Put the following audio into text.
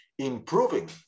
improving